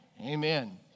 Amen